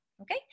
Okay